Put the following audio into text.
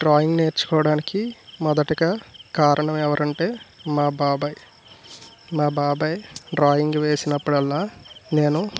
drawing నేర్చుకోవడానికి మొదట కారణం ఎవరు అంటే మా బాబాయ్ మా బాబాయ్ డ్రాయింగ్ వేసినప్పుడల్ల నేను